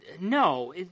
no